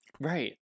Right